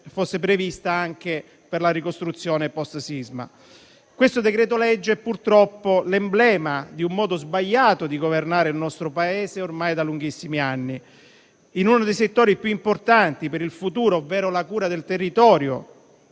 fosse prevista anche per la ricostruzione post-sisma. Questo decreto-legge è purtroppo l'emblema di un modo sbagliato di governare il nostro Paese ormai da lunghissimi anni, in uno dei settori più importanti per il futuro, ovvero la cura del territorio